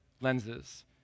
lenses